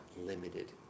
limited